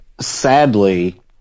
sadly